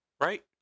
Right